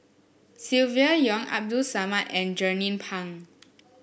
Silvia Yong Abdul Samad and Jernnine Pang